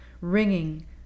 ringing